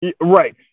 right